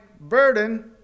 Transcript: burden